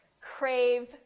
crave